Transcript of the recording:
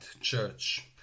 church